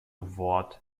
wort